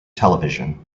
television